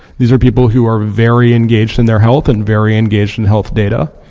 these are people who are very engaged in their health and very engaged in health data.